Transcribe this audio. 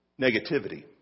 negativity